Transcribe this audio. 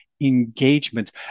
engagement